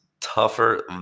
tougher